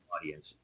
audience